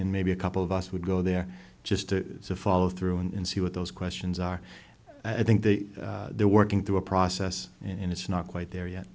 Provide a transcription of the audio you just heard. maybe a couple of us would go there just to follow through and see what those questions are i think they're working through a process and it's not quite there yet